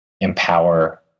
empower